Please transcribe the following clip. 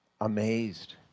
amazed